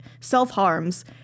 self-harms